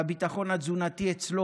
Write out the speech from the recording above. והביטחון התזונתי אצלו,